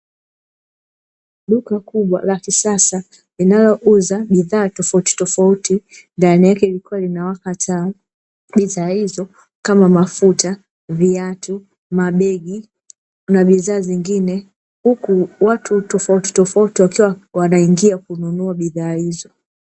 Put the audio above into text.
Duka kubwa la kisasa linalouza bidhaa tofautitofauti, ndani yake likiwa linawaka taa. Bidhaa hizo kama: mafuta, viatu, mabegi na bidhaa zingine; huku watu tofautitofauti wakiwa wanaingia kununua bidhaa hizo.